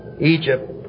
Egypt